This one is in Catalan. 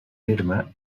terme